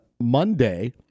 Monday